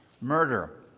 murder